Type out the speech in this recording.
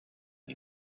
and